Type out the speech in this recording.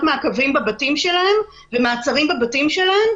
מעקבים בבתים שלהן ומעצרים בבתים שלהן,